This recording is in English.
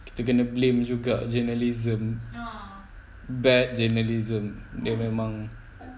kita kena blame juga journalism bad journalism dia memang